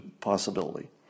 possibility